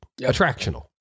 attractional